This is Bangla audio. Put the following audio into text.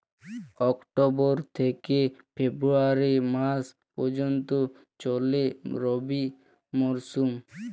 অক্টোবর থেকে ফেব্রুয়ারি মাস পর্যন্ত চলে রবি মরসুম